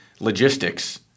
logistics